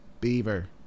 Beaver